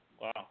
Wow